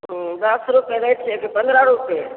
हूँ दश रुपए रेट छै कि पन्द्रह रुपए